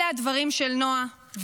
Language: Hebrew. אלה הדברים של נועה,